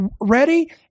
ready